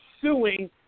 suing